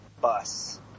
bus